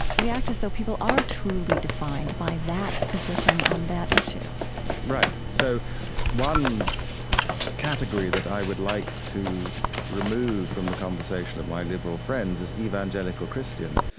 we act as though people are truly defined by that position on that issue right. so one category that i would like to remove from the conversation of my liberal friends is evangelical christian